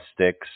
sticks